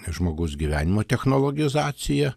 žmogaus gyvenimo technologizaciją